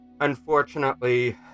Unfortunately